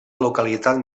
localitat